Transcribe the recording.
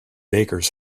bakers